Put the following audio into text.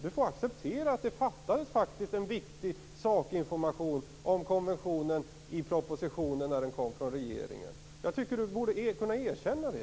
Han får acceptera att det faktiskt fattades en viktig sakinformation om konventionen i propositionen när den kom från regeringen. Jag tycker att Göran Magnusson borde kunna erkänna det.